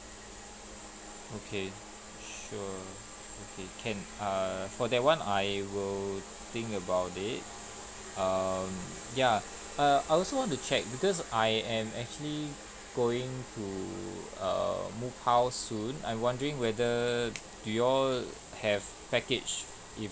okay sure okay can err for that one I will think about it um ya err I also want to check because I am actually going to err move house soon I'm wondering whether do you all have package if